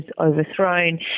overthrown